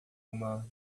uma